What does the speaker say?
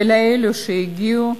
לאלה שהגיעו,